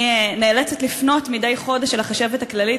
אני נאלצת לפנות מדי חודש אל החשבת הכללית